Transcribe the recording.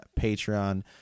Patreon